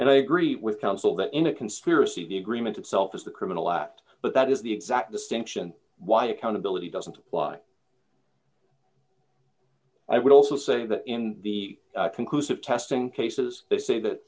and i agree with counsel that in a conspiracy the agreement itself is the criminal act but that is the exact distinction why accountability doesn't apply i would also say that in the conclusive testing cases they say that